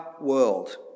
world